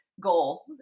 goal